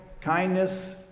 kindness